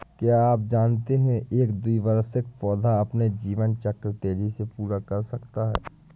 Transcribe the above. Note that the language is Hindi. क्या आप जानते है एक द्विवार्षिक पौधा अपना जीवन चक्र तेजी से पूरा कर सकता है?